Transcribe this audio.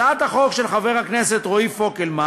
הצעת החוק של חבר הכנסת רועי פוקלמן